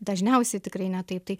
dažniausiai tikrai ne taip tai